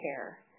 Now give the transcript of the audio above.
care